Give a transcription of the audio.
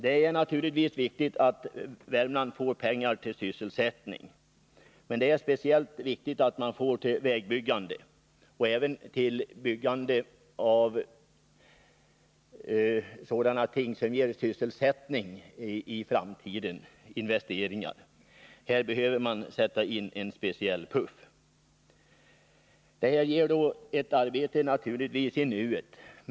Det är naturligtvis viktigt att Värmland får pengar till sysselsättning över huvud taget, men det är speciellt viktigt att pengar ges till vägbyggande och tillinvesteringar som ger sysselsättning i framtiden. Här behöver man sätta in en speciell puff. Det ger arbete också i nuet.